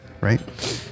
right